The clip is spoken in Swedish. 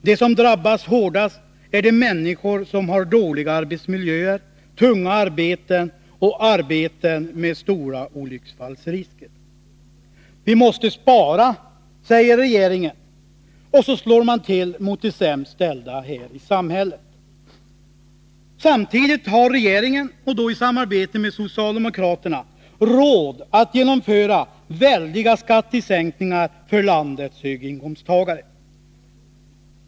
De som drabbas hårdast är de människor som har dåliga arbetsmiljöer, tunga arbeten och arbeten med stora olycksfallsrisker. Vi måste spara, säger regeringen, och så slår man till mot de sämst ställda här i samhället. Samtidigt har regeringen — och då i samarbete med socialdemokraterna — råd att genomföra väldiga skattesänkningar för landets höginkomsttagare.